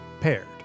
Paired